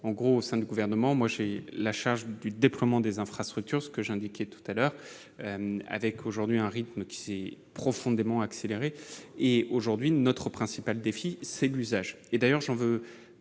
gros au sein du gouvernement, moi j'ai la charge, du déploiement des infrastructures, ce que j'indiquais tout à l'heure avec aujourd'hui un rythme qui s'est profondément accéléré et aujourd'hui notre principal défi c'est l'usage, et d'ailleurs j'en veux